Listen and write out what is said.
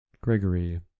Gregory